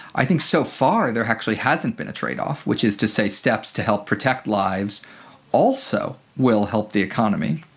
i think so far there actually hasn't been a trade-off which is to say steps to help protect lives also will help the economy.